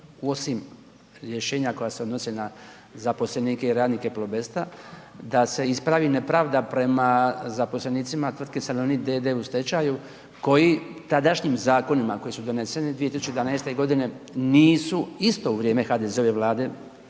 osim rješenja koja se odnose na zaposlenike i radnike „Plobesta“ da se ispravi nepravda prema zaposlenicima Tvrtke „Salonit d.d.“ u stečaju koji tadašnjim zakonima koji su doneseni 2011. godine nisu isto u vrijeme HDZ-ove vlade,